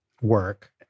work